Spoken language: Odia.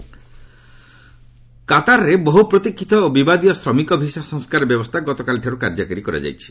କତାର କତାରରେ ବହୁ ପ୍ରତିକ୍ଷିତ ଓ ବିବାଦୀୟ ଶ୍ରମିକ ଭିସା ସଂସ୍କାର ବ୍ୟବସ୍ଥା ଗତକାଲିଠାରୁ କାର୍ଯ୍ୟକାରୀ କରାଯାଇଛି